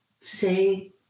say